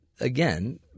again